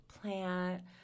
plant